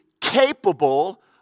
capable